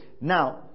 now